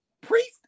Priest